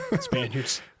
Spaniards